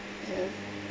ya